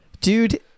Dude